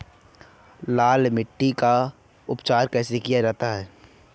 लाल मिट्टी का उपचार कैसे किया जाता है?